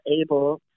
able